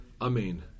Amen